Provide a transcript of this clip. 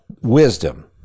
wisdom